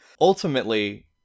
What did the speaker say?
Ultimately